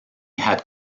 had